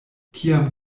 kiam